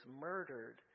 murdered